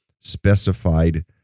specified